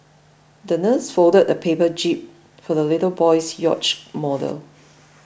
the nurse folded a paper jib for the little boy's yacht model